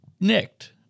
nicked